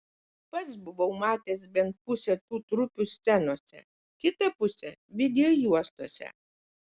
pats buvau matęs bent pusę tų trupių scenose kitą pusę videojuostose